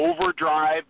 Overdrive